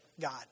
God